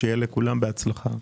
שיהיה לכולם בהצלחה.